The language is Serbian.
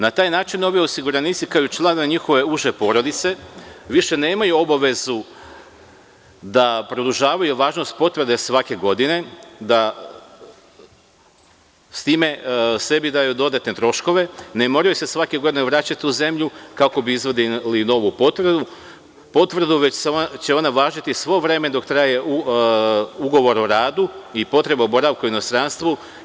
Na taj način ovi osiguranici, kao i članovi njihove uže porodice, više nemaju obavezu da produžavaju važnost potvrde svake godine, da s time sebi daju dodatne troškove, ne moraju se svake godine vraćati u zemlju kako bi izvadili novu potvrdu, već će ona važiti sve vreme dok traje ugovor o radu i potvrda o boravku u inostranstvu.